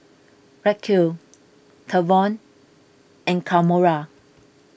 Racquel Tavon and Kamora